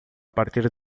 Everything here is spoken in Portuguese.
partir